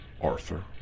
Arthur